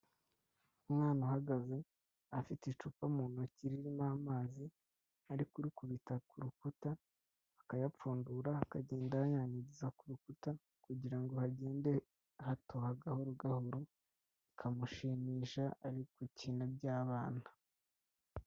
Umwana uhagaze, afite icupa mu ntoki ririmo amazi, ari kurikubita ku rukuta, akayapfundura, akagenda ayanyanyagiza ku rukuta kugira ngo hagende hatoha gahoro gahoro, bikamushimisha, ari gukina iby'abana.